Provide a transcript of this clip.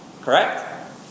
correct